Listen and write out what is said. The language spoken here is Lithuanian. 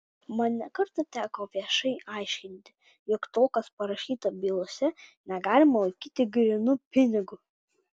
man ne kartą teko viešai aiškinti jog to kas parašyta bylose negalima laikyti grynu pinigu